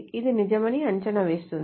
ఇది నిజమని అంచనా వేస్తుంది